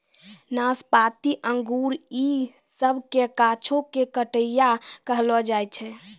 नाशपाती अंगूर इ सभ के गाछो के छट्टैय्या करलो जाय छै